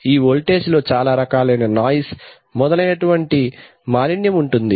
ఈ వోల్టేజ్ లో చాలా రకాలైన నాయిస్ మొదలైనటువంటి మాలిన్యము ఉంటుంది